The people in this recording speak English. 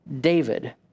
David